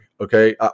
Okay